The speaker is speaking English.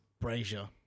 brazier